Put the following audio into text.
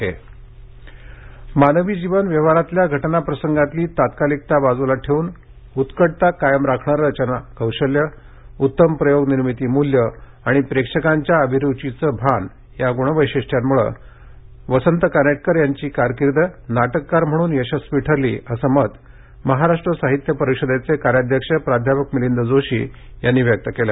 कानेटकर मानवी जीवन व्यवहारातल्या घटनाप्रसंगातली तात्कालिकता बाजूला ठेवून उत्कटता कायम राखणारं रचना कौशल्य उत्तम प्रयोगनिर्मिती मूल्यं आणि प्रेक्षकांच्या अभिरूचीचं भान या गुण वेशिष्ट्यांमुळे वसंत कानेटकर यांची कारकीर्द नाटककार म्हणून यशस्वी ठरली असं मत महाराष्ट्र साहित्य परिषदेचे कार्याध्यक्ष प्राध्यापक मिलिंद जोशी यांनी व्यक्त केलं